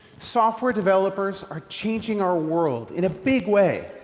software developers are changing our world in a big way.